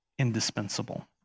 Indispensable